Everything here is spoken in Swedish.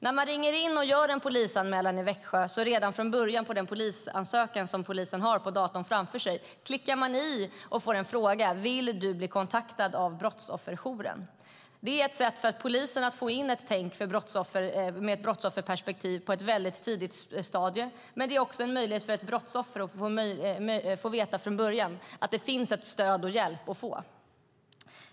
När man gör en polisanmälan i Växjö får polisen redan från början upp en förfrågan på datorn om anmälaren vill bli kontaktad av brottsofferjouren. Det är ett sätt för polisen att få in ett brottsofferperspektiv på ett tidigt stadium. Det är också en möjlighet för ett brottsoffer att redan från början få veta att det finns stöd och hjälp att få.